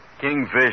Kingfish